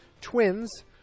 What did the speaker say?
twins